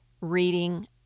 reading